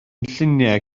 lluniau